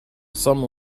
some